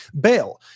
Bail